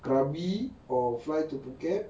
krabi or fly to phuket